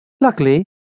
Luckily—